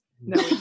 No